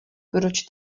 proč